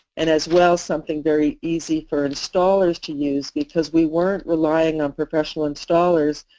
and as well something very easy for installers to use because we weren't relying on professional installers.